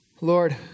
Lord